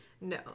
No